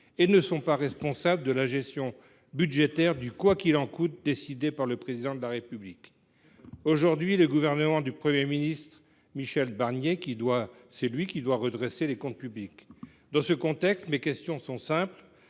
ci ne sont pas responsables de la gestion budgétaire du « quoi qu’il en coûte » décidé par le Président de la République. Aujourd’hui, c’est le gouvernement de Michel Barnier qui doit redresser les comptes publics. Dans ce contexte, mes questions sont simples.